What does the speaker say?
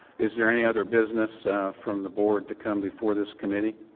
is there any other business from the board to come before this committee?